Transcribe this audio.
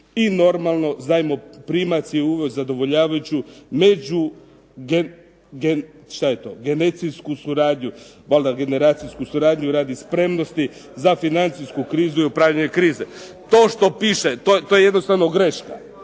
i normalno zajmoprimac je uveo zadovoljavajuću među šta je to, genecijsku suradnju. Valjda generacijsku suradnju radi spremnosti za financijsku krizu i upravljanje krize. To što piše, to je jednostavno greška.